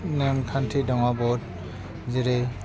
नेमखान्थि दङ बहुत जेरै